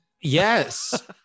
Yes